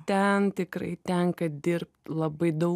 ten tikrai tenka dirbt labai daug